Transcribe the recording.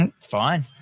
Fine